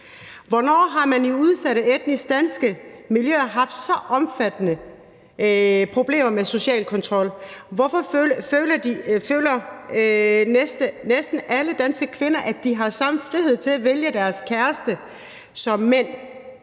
Hvornår har man i udsatte etnisk danske miljøer haft så omfattende problemer med social kontrol? Hvorfor føler næsten alle danske kvinder, at de har samme frihed til at vælge deres kæreste som mænd,